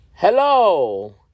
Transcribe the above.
Hello